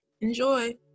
Enjoy